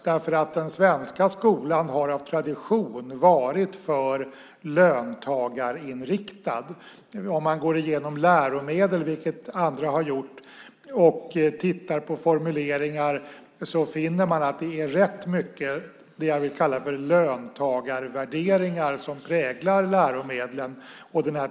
Den svenska skolan har nämligen av tradition varit alltför löntagarinriktad. Om man går igenom läromedel, vilket andra har gjort, och tittar på formuleringar finner man att det är rätt mycket som jag vill kalla för löntagarvärderingar som präglar läromedlen.